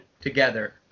together